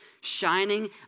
shining